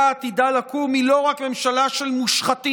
העתידה לקום היא לא רק ממשלה של מושחתים,